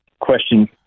question